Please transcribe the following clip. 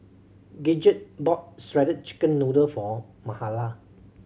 Gidget bought shredded chicken noodle for Mahala